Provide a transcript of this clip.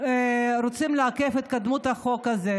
רוצים לעכב את התקדמות החוק הזה,